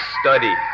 study